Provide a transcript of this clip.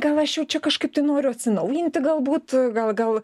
gal aš jau čia kažkaip tai noriu atsinaujinti galbūt gal gal